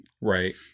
Right